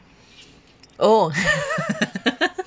oh